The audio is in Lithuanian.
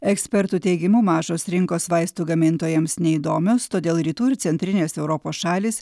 ekspertų teigimu mažos rinkos vaistų gamintojams neįdomios todėl rytų ir centrinės europos šalys